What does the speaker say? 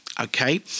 Okay